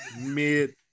mid